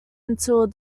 until